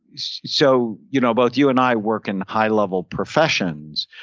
so you know both you and i work in high level professions,